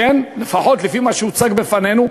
לפחות לפי מה שהוצג בפנינו,